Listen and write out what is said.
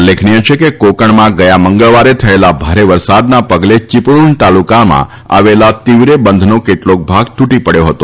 ઉલ્લેખનિય છે કે કોંકણમાં ગથા મંગળવારે થયેલ ભારે વરસાદના પગલે ચીપળૂણ તાલુકામાં આવેલ તિવરે બંધનો કેટલોક ભાગ તૂટી પડ્યો હતો